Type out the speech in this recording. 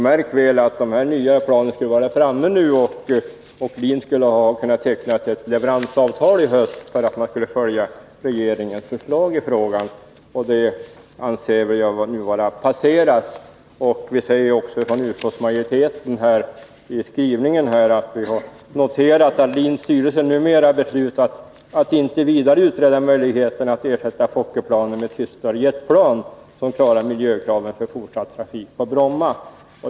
Märk väl att om vi skulle följa regeringens förslag borde de nya planen ha varit framme nu och LIN ha tecknat ett leveransavtal i höst. beslutat att inte vidare utreda möjligheterna att ersätta Fokker-planen med tystare jetplan, som klarar miljökraven för fortsatt trafik på Bromma”.